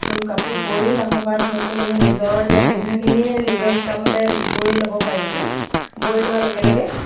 আৰু কাপোৰ বৈও লাভৱান হৈছোঁ মানে নিজৰ দিয়া পিন্ধাখিনিয়ে নিজৰ ইচ্ছামতে বৈ ল'ব পাৰিছোঁ বৈ লোৱাৰ লগে লগে